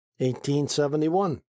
1871